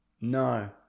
No